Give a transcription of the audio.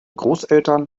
großeltern